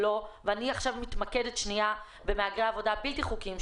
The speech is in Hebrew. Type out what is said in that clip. ואני עכשיו מתמקדת במהגרי עבודה בלתי חוקיים,